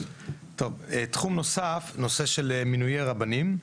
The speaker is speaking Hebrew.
תחום נוסף, נושא של מינויי רבנים,